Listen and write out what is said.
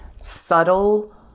subtle